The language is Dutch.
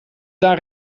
daar